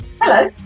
Hello